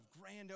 grand